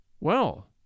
Well